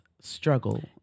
struggle